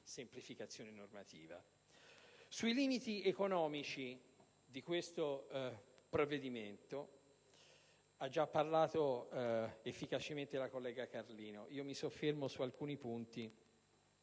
semplificazione normativa. Dei limiti economici di questo provvedimento ha già parlato efficacemente la collega Carlino. Io mi soffermerò su alcuni punti